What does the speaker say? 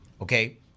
okay